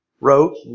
wrote